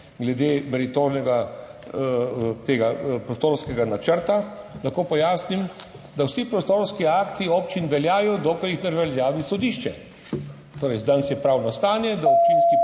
glede meritornega prostorskega načrta, lahko pojasnim, da vsi prostorski akti občin veljajo, dokler jih ne razveljavi sodišče. Torej, danes je pravno stanje, da občinski plan